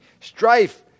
Strife